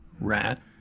rat